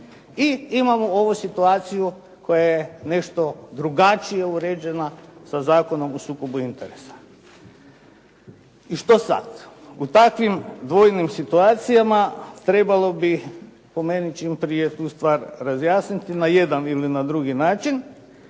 i imamo ovu situaciju koja je nešto drugačije uređena sa Zakonom o sukobu interesa. I što sad. U takvim dvojnim situacijama trebalo bi po meni čim prije tu stvar razjasniti na jedan ili na drugi način.